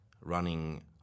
running